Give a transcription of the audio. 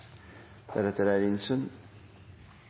deretter